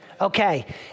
Okay